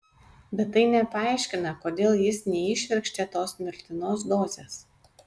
bet tai nepaaiškina kodėl jis neįšvirkštė tos mirtinos dozės